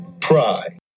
pride